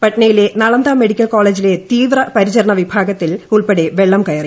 പട്നയിലെ Nalanda medical കോളേജിലെ തീവ്ര പരിചരണ വിഭാഗത്തിൽ ഉൾപ്പെടെ വെള്ളം കയറി